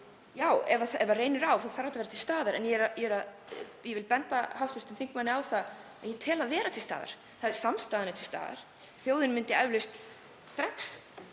Já, ef reynir á þá þarf þetta að vera til staðar, en ég vil benda hv. þingmanni á það að ég tel það vera til staðar. Samstaðan er til staðar. Þjóðin myndi eflaust strax